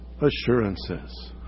assurances